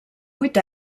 vuit